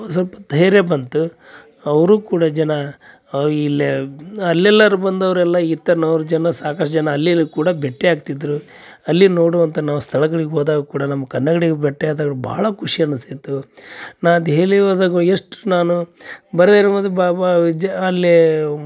ಸ್ವಲ್ಪ ಧೈರ್ಯ ಬಂತು ಅವರೂ ಕೂಡ ಜನ ಇಲ್ಲೇ ಅಲ್ಲೆಲ್ಲಾದ್ರು ಬಂದವರೆಲ್ಲ ಇತ್ತನವ್ರು ಜನ ಸಾಕಷ್ಟು ಜನ ಅಲ್ಲಿ ಕೂಡ ಭೆಟ್ಟಿಯಾಗ್ತಿದ್ದರು ಅಲ್ಲಿ ನೋಡುವಂಥ ನಾವು ಸ್ಥಳಗಳಿಗೆ ಹೋದಾಗ ಕೂಡ ನಾವು ಕನ್ನಡಿಗ ಭೆಟ್ಟಿಯಾದ್ರೆ ಭಾಳ ಖುಷಿ ಅನಿಸ್ತಿತ್ತು ನಾ ದೆಹಲಿಗೆ ಹೋದಾಗ ಎಷ್ಟು ನಾನು ಬರೇ ಇರುವುದು ಅಲ್ಲೇ